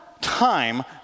time